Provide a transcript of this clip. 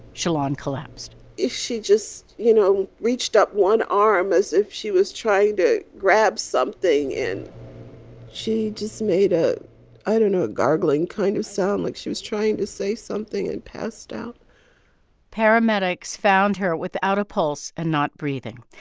shalon collapsed she just, you know, reached up one arm as if she was trying to grab something, and she just made a i don't know a gargling kind of sound like she was trying to say something and passed out paramedics found her without a pulse and not breathing.